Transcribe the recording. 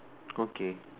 okay